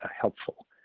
helpful